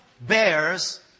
bears